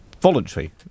voluntary